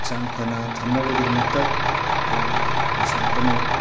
ꯍꯛꯆꯥꯡ ꯐꯅ ꯊꯝꯅꯕꯒꯤꯗꯃꯛꯇ ꯑꯩ ꯅꯤꯁꯥ ꯄꯨꯝꯅꯃꯛ